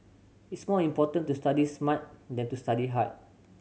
it's more important to study smart than to study hard